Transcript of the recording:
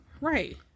Right